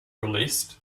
released